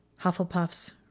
Hufflepuffs